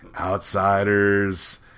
outsiders